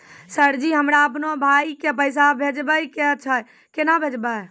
Sir जी हमरा अपनो भाई के पैसा भेजबे के छै, केना भेजबे?